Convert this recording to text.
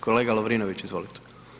Kolega Lovrinović, izvolite.